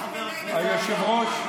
היושב-ראש,